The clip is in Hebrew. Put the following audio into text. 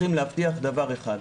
צריכים להבטיח דבר אחד: